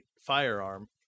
firearm